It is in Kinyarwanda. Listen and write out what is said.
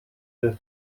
biba